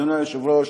אדוני היושב-ראש,